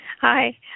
Hi